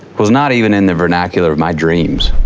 was not even in the vernacular of my dreams.